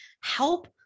help